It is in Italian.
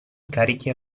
incarichi